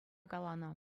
каланӑ